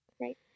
Right